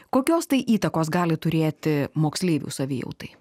kokios tai įtakos gali turėti moksleivių savijautai